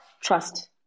Trust